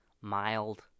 mild